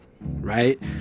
right